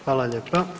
Hvala lijepa.